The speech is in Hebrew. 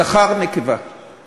זכר, נקבה;